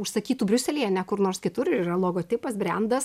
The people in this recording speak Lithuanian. užsakytų briuselyje ne kur nors kitur yra logotipas brendas